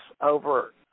over